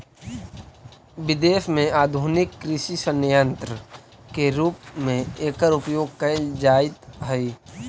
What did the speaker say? विदेश में आधुनिक कृषि सन्यन्त्र के रूप में एकर उपयोग कैल जाइत हई